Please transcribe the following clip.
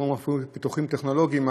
בתחום הפיתוחים הטכנולוגיים,